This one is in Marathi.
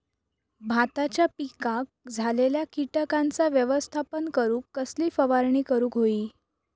भाताच्या पिकांक झालेल्या किटकांचा व्यवस्थापन करूक कसली फवारणी करूक होई?